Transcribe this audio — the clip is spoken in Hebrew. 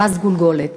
מס גולגולת.